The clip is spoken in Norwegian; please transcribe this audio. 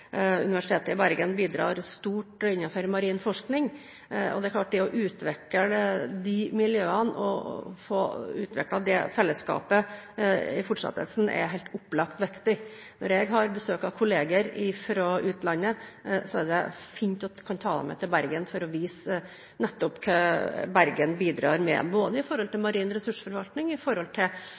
Universitetet i Bergen bidrar stort innenfor marin forskning. Det er klart at det å utvikle disse miljøene og få utviklet det fellesskapet i fortsettelsen, er helt opplagt viktig. Når jeg har besøk av kolleger fra utlandet, er det fint å kunne ta dem med til Bergen for å vise nettopp hva Bergen bidrar med,